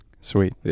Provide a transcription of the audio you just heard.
Sweet